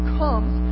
comes